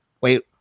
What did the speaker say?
wait